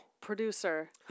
producer